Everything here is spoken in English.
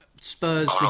Spurs